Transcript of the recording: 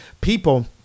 people